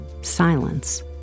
silence